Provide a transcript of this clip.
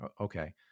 okay